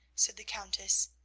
said the countess,